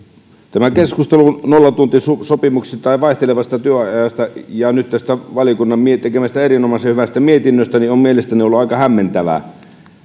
tämä keskustelu nollatuntisopimuksista tai vaihtelevasta työajasta ja nyt tästä valiokunnan tekemästä erinomaisen hyvästä mietinnöstä on mielestäni ollut aika hämmentävää